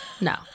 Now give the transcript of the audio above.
No